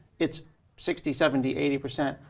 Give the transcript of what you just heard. it's sixty, seventy, eighty percent.